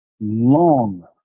long